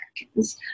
Americans